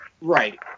Right